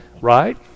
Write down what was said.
Right